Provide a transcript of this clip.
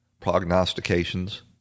prognostications